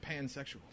pansexual